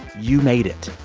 you made it.